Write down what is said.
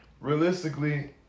Realistically